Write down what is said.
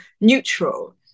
neutral